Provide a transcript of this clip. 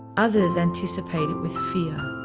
others anticipate it with fear.